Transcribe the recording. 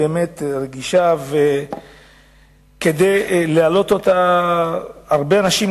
גברתי היושבת בראש, אדוני שר הבריאות, סגן השר